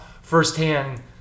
firsthand